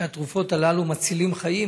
שהן מצילות חיים.